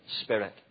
spirit